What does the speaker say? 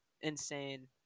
insane